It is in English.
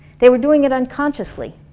they were doing it unconsciously.